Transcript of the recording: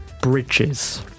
Bridges